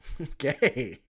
Okay